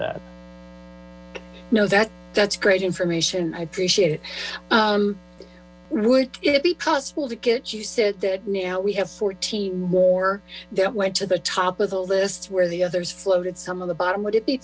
that that's great information i appreciate would it be possible to get you said that now we have fourteen more that went to the top of the list where the others floated some of the bottom would it be